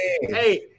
Hey